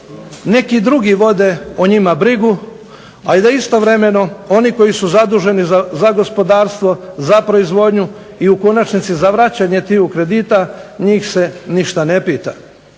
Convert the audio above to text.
neki drugi vode o njima brigu, ali da istovremeno oni koji su zaduženi za gospodarstvo, za proizvodnju i u konačnici za vraćanje tiju kredita njih se ništa ne pita.